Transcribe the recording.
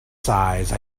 size